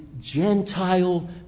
Gentile